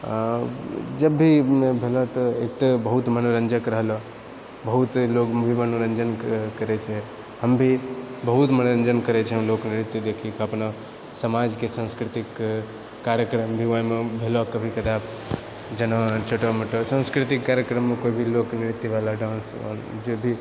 आ जब भी भेलऔ तऽ एतय बहुत मनोरञ्जक रहलऔ बहुत ही लोक भी मनोरञ्जन कर करैत छै हम भी बहुत मनोरञ्जन करैत छियै लोक नृत्य देखिकऽ अपना समाजके संस्कृतिके कार्यक्रम भी ओहिमऽ भेलऔ कभी कदार जेना चटर मटर सांस्कृतिक कार्यक्रममऽ कोइ भी लोक नृत्यबला डान्स आओर जे भी